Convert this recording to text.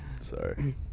Sorry